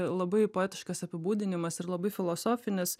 labai poetiškas apibūdinimas ir labai filosofinis